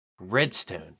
redstone